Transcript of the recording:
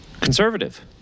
conservative